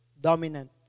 dominant